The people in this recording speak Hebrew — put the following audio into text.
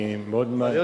אני מאוד מעריך,